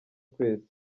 twese